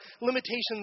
limitations